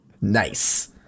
Nice